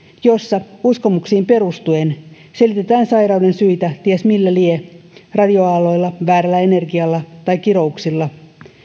jossa uskomuksiin perustuen selitetään sairauden syitä ties millä lie radioaalloilla väärällä energialla tai kirouksilla